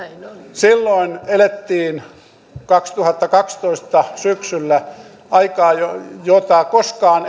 silloin elettiin kaksituhattakaksitoista syksyllä aikaa jota ennen koskaan